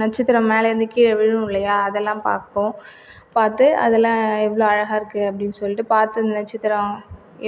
நட்சத்திரம் மேலேந்து கீழே விழும்லா அதெல்லாம் பார்ப்போம் பார்த்து அதெல்லாம் எவ்வளோ அழகாக இருக்குது அப்படினு சொல்லிட்டு பார்த்து நட்சத்திரம்